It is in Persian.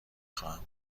خواهم